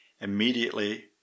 immediately